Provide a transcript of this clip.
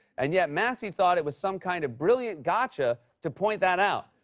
and yet massie thought it was some kind of brilliant gotcha! to point that out,